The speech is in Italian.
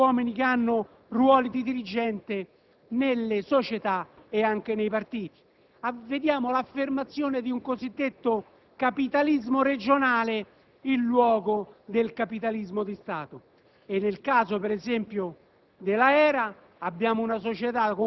conflitti di interesse (gli stessi uomini che hanno un ruolo dirigente nelle società e anche nei partiti). Vediamo l'affermazione di un cosiddetto capitalismo regionale, in luogo del capitalismo di Stato. Nel caso, ad esempio,